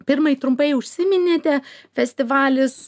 pirmai trumpai užsiminėte festivalis